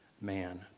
man